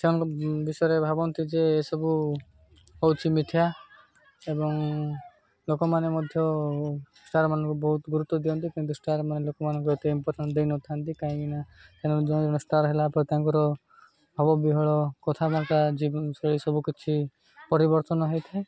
ସେ ଙ୍କ ବିଷୟରେ ଭାବନ୍ତି ଯେ ସବୁ ହେଉଛି ମିଥ୍ୟା ଏବଂ ଲୋକମାନେ ମଧ୍ୟ ଷ୍ଟାର୍ ମାନଙ୍କୁ ବହୁତ ଗୁରୁତ୍ୱ ଦିଅନ୍ତି କିନ୍ତୁ ଷ୍ଟାର୍ମାନେ ଲୋକମାନଙ୍କୁ ଏତେ ଇମ୍ପୋଟାଣ୍ଟ ଦେଇନଥାନ୍ତି କାହିଁକିନା ତେଣୁ ଜଣେ ଜଣେ ଷ୍ଟାର୍ ହେଲା ପରେ ତାଙ୍କର ଭାବବିହଳ କଥାବାର୍ତ୍ତା ଜୀବନଶୈଳୀ ସବୁ କିଛି ପରିବର୍ତ୍ତନ ହେଇଥାଏ